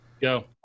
Go